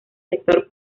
sector